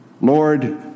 Lord